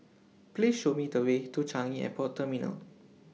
Please Show Me The Way to Changi Airport Terminal